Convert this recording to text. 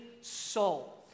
soul